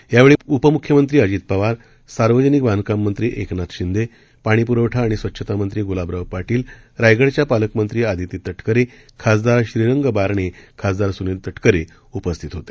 यावेळी उपमुख्यमंत्री अजित पवार सार्वजनिक बांधकाम मंत्री एकनाथ शिंदे पाणीपूरवठा आणि स्वच्छता मंत्री गुलाबराव पाटील रायगडच्या पालकमंत्री आदिती तटकरे खासदार श्रीरंग बारणे खासदार सुनील तटकरे उपस्थित होते